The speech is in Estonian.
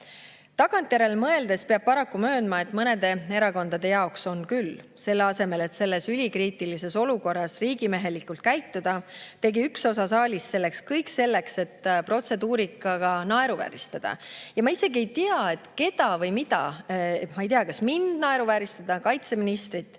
Tagantjärele mõeldes peab paraku möönma, et mõnede erakondade jaoks on küll. Selle asemel et selles ülikriitilises olukorras riigimehelikult käituda, tegi üks osa saalist kõik selleks, et protseduurikaga naeruvääristada ma isegi ei tea, keda või mida. Ma ei tea, kas mind naeruvääristada, kaitseministrit,